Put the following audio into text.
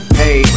hey